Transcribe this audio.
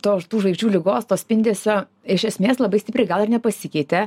to tų žvaigždžių ligos to spindesio iš esmės labai stipriai gal ir nepasikeitė